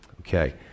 Okay